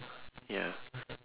ya